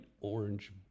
orange